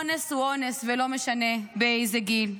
אונס הוא אונס, ולא משנה באיזה גיל.